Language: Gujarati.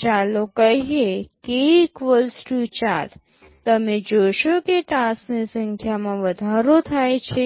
ચાલો કહીએ k 4 તમે જોશો કે ટાસક્સની સંખ્યામાં વધારો થાય છે